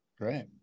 great